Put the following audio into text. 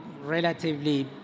relatively